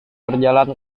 berjalan